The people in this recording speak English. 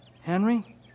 Henry